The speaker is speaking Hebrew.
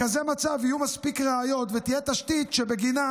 בכזה מצב יהיו מספיק ראיות ותהיה תשתית שבגינה